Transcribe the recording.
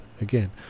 Again